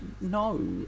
No